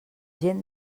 gent